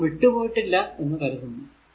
ഒന്നും വിട്ടു പോയിട്ടില്ല എന്ന് കരുതുന്നു